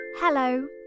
Hello